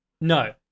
No